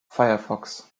firefox